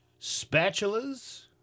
spatulas